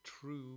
true